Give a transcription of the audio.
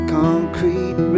concrete